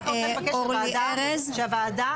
מהמכתב שהם השיבו לנו עולה שהם לא התחילו בכלל במהלך הזה.